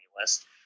list